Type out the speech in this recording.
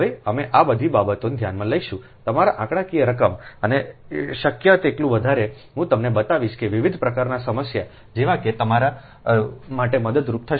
હવે અમે આ બધી બાબતોને ધ્યાનમાં લઈશું તમારા આંકડાકીય રકમ અને શક્ય તેટલું વધારે હું તમને બતાવીશ કે વિવિધ પ્રકારની સમસ્યા જેવી કે તે તમારા માટે મદદરૂપ થશે